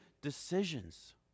decisions